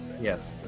yes